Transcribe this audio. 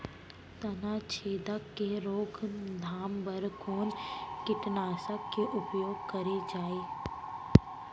तनाछेदक के रोकथाम बर कोन कीटनाशक के उपयोग करे जाये?